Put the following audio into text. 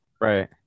Right